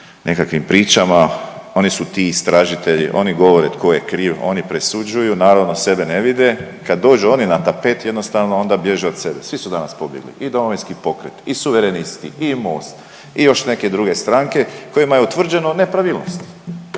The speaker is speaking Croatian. nekakvim pričama. Oni su ti istražitelji, oni govore tko je kriv, oni presuđuju, naravno sebe ne vide. Kad dođu oni na tapet jednostavno bježe od sebe, svi su danas pobjegli i Domovinski pokret i suverenisti i MOST i još neke druge stranke kojima je utvrđeno nepravilnosti.